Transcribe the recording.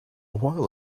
while